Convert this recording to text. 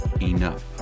enough